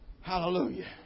Hallelujah